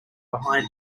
behind